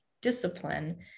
discipline